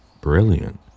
brilliant